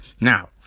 Now